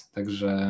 Także